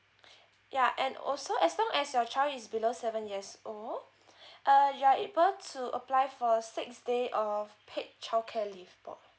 ya and also as long as your child is below seven years old uh you are able to apply for six day of paid childcare leave